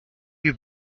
you